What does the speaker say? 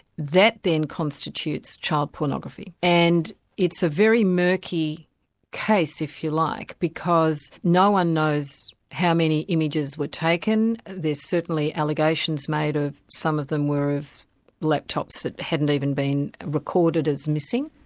that then constitutes child pornography, and it's a very murky case, if you like, because no-one knows how many images were taken, there's certainly allegations made that some of them were of laptops that hadn't even been recorded as missing,